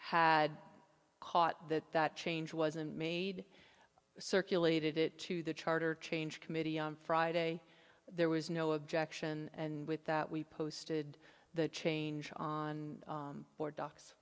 had caught that that change wasn't made circulated it to the charter change committee on friday there was no objection and with that we posted the change on